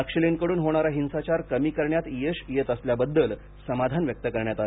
नक्षलींकडून होणारा हिंसाचार कमी करण्यात यश येत असल्याबद्दल समाधान व्यक्त करण्यात आलं